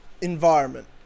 environment